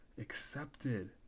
accepted